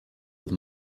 with